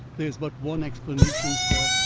there's but one explanation, sir.